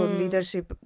leadership